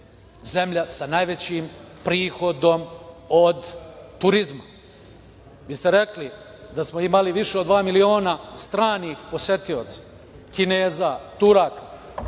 zemlja sa najvećim prihodom od turizma. Vi ste rekli da smo imali više od dva miliona stranih posetioca, Kineza, Turaka.